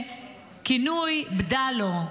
בכינוי "בדאלו",